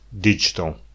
digital